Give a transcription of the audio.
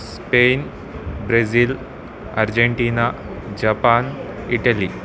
Spain Brazil Argentina Japan Italy